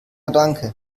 danke